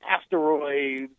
asteroids